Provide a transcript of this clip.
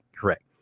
Correct